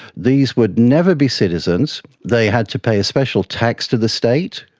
these would never be citizens. they had to pay a special tax to the state.